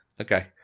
Okay